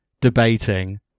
debating